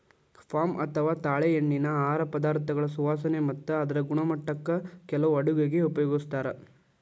palm ಅಥವಾ ತಾಳೆಎಣ್ಣಿನಾ ಆಹಾರ ಪದಾರ್ಥಗಳ ಸುವಾಸನೆ ಮತ್ತ ಅದರ ಗುಣಮಟ್ಟಕ್ಕ ಕೆಲವು ಅಡುಗೆಗ ಉಪಯೋಗಿಸ್ತಾರ